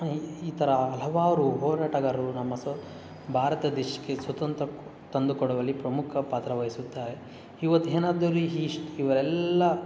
ಈ ಥರ ಹಲವಾರು ಹೋರಾಟಗಾರರು ನಮ್ಮ ಸ್ವ ಭಾರತ ದೇಶಕ್ಕೆ ಸ್ವತಂತ್ರ ತಂದುಕೊಡುವಲ್ಲಿ ಪ್ರಮುಖ ಪಾತ್ರ ವಹಿಸುತ್ತಾರೆ ಇವತ್ತು ಏನಾದರು ಇಸ್ಟ್ ಇವರೆಲ್ಲ